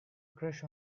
crush